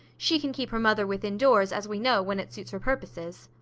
she can keep her mother within doors, as we know, when it suits her purposes.